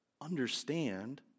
understand